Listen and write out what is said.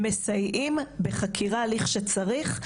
בחקירה בהליך שצריך,